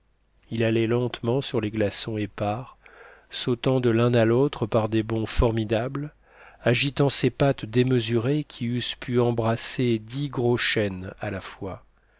il allait lentement sur les glaçons épars sautant de l'un à l'autre par des bonds formidables agitant ses pattes démesurées qui eussent pu embrasser dix gros chênes à la fois